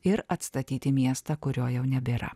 ir atstatyti miestą kurio jau nebėra